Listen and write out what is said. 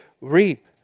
reap